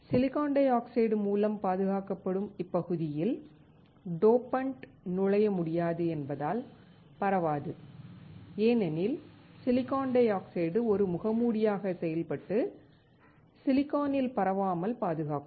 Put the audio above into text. silicon dioxide மூலம் பாதுகாக்கப்படும் இப்பகுதியில் டோபன்ட் நுழைய முடியாது என்பதால் பரவாது ஏனெனில் சிலிக்கான் டை ஆக்சைடு ஒரு முகமூடியாக செயல்பட்டு சிலிகானில் பரவாமல் பாதுகாக்கும்